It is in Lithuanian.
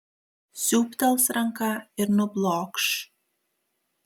siūbtels ranka ir nublokš